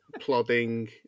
plodding